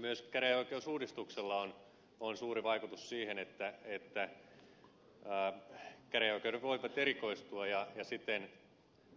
myös käräjäoikeusuudistuksella on suuri vaikutus siihen että käräjäoikeudet voivat erikoistua ja siten